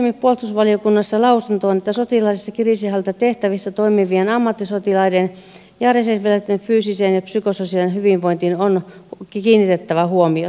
kirjasimme puolustusvaliokunnassa lausuntoon että sotilaallisissa kriisinhallintatehtävissä toimivien ammattisotilaiden ja reserviläisten fyysiseen ja psykososiaaliseen hyvinvointiin on kiinnitettävä huomiota